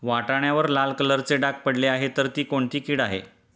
वाटाण्यावर लाल कलरचे डाग पडले आहे तर ती कोणती कीड आहे?